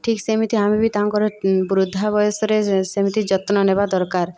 ଠିକ୍ ସେମିତି ଆମେ ବି ତାଙ୍କର ବୃଦ୍ଧା ବୟସରେ ସେମିତି ଯତ୍ନ ନେବା ଦରକାର